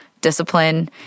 discipline